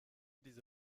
diese